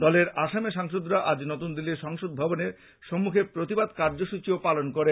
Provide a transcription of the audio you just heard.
দলের আসামের সাংসদরা আজ নতুন দিল্লীর সংসদ ভবন সম্মুখে প্রতিবাদ কার্য্যসূচী পালন করেন